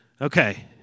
okay